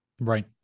right